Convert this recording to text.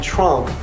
Trump